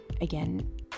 again